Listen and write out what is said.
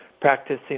practicing